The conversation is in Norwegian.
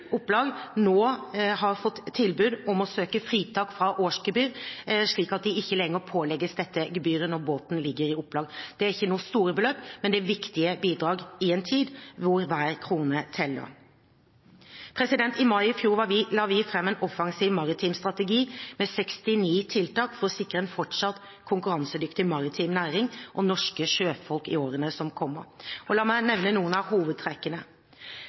opplag nå har fått tilbud om å søke fritak fra årsgebyr, slik at de ikke lenger pålegges dette gebyret når båten ligger i opplag. Det er ikke noen store beløp, men det er viktige bidrag i en tid da hver krone teller. I mai i fjor la vi fram en offensiv maritim strategi med 69 tiltak for å sikre en fortsatt konkurransedyktig maritim næring og norske sjøfolk i årene som kommer. La meg nevne noen av hovedtrekkene: